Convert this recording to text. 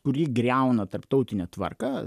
kuri griauna tarptautinę tvarką